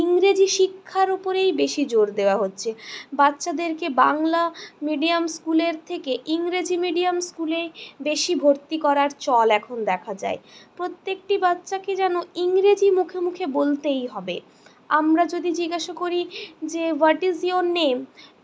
ইংরেজি শিক্ষার ওপরেই বেশি জোর দেওয়া হচ্ছে বাচ্চাদেরকে বাংলা মিডিয়াম স্কুলের থেকে ইংরেজি মিডিয়াম স্কুলেই বেশি ভর্তি করার চল এখন দেখা যায় প্রত্যেকটি বাচ্চাকে যেন ইংরেজি মুখে মুখে বলতেই হবে আমরা যদি জিজ্ঞাসা করি যে হোয়াট ইজ ইয়োর নেম